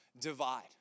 divide